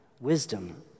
wisdom